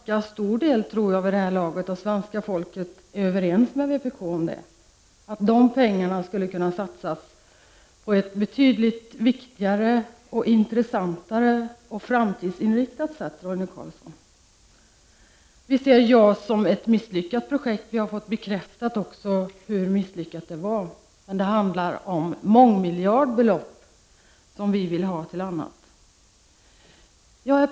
För övrigt tror jag att en ganska stor del av svenska folket håller med vpk om att dessa pengar skulle kunna satsas på ett betydligt viktigare, intressantare och mer framtidsinriktat sätt. Vi ser JAS som ett misslyckat projekt, och vi har även fått bekräftat hur misslyckat det var. Det handlar här om mångmiljardbelopp som vi vill kunna använda till annat.